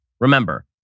Remember